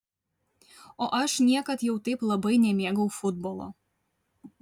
o aš niekad jau taip labai nemėgau futbolo